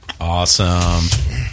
Awesome